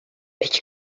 peki